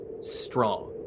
strong